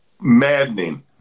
maddening